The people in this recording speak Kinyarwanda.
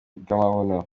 bw’amabuno